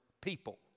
people